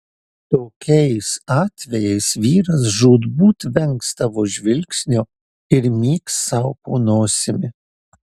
tokiais atvejais vyras žūtbūt vengs tavo žvilgsnio ir myks sau po nosimi